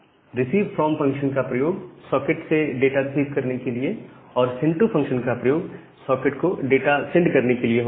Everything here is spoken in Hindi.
रिसीव फ्रॉम फंक्शन का प्रयोग सॉकेट से डाटा रिसीव करने के लिए और सेंड टू फंक्शन का प्रयोग सॉकेट को डाटा सेंड करने के लिए होता है